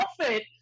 outfit